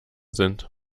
sind